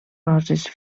roses